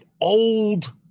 old